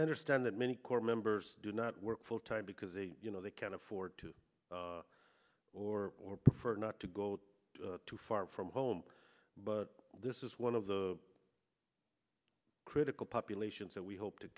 i understand that many corps members do not work full time because they you know they can't afford to or or prefer not to go too far from home but this is one of the critical populations that we hope to